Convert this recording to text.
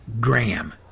Graham